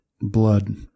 blood